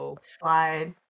slide